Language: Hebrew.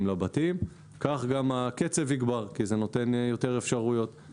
לבתים כך גם הקצב יגבר כי זה נותן יותר אפשרויות,